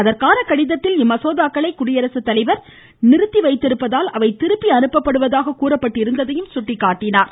அதற்கான கடிதத்தில் இம்மசோதாக்களை குடியரசுத்தலைவர் அவற்றை நிறுத்தி வைத்திருப்பதால் அவை திருப்பி அனுப்பப்படுவதாக கூறப்பட்டிருந்ததை அவர் சுட்டிக்காட்டினார்